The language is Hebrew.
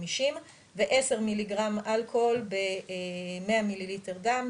50. ו-10 מ"ג אלכוהול ב-100 מ"ל דם,